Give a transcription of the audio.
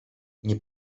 nie